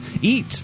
eat